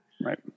Right